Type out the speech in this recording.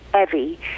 evie